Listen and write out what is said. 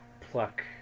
pluck